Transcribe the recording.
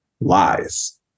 lies